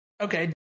Okay